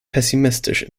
pessimistisch